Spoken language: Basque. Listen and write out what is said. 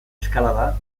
eskalada